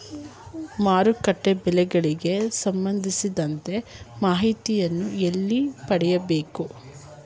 ಮಾರುಕಟ್ಟೆ ಬೆಲೆಗಳಿಗೆ ಸಂಬಂಧಿಸಿದಂತೆ ಮಾಹಿತಿಯನ್ನು ಎಲ್ಲಿ ಪಡೆಯಬೇಕು?